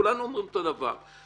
כולנו אומרים אותו דבר.